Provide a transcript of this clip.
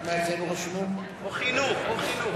או חינוך.